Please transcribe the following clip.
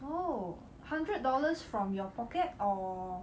oh hundred dollars from your pocket or